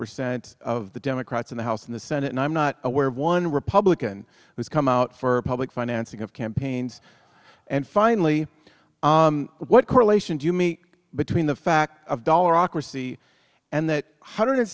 percent of the democrats in the house and the senate and i'm not aware of one republican who's come out for public financing of campaigns and finally what correlation do you meet between the fact of dollar ocracy and that hundred